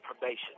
probation